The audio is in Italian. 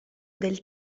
del